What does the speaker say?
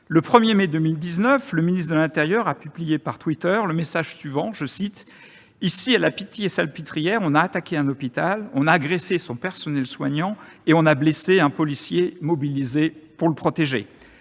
Le 1 mai dernier, le ministre de l'intérieur a publié sur Tweeter le message suivant :« Ici à la Pitié-Salpêtrière, on a attaqué un hôpital. On a agressé son personnel soignant. Et on a blessé un policier mobilisé pour le protéger ».